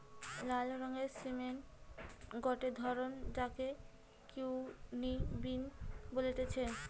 লাল রঙের সিমের গটে ধরণ যাকে কিডনি বিন বলতিছে